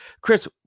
Chris